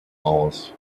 aus